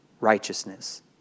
righteousness